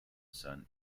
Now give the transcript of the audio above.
son